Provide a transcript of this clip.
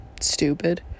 stupid